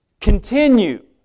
Continue